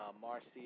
Marcy